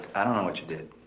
i don't know what you did,